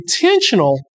intentional